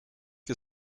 que